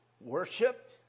worship